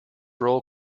role